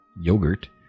yogurt